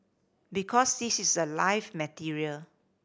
because this is a live material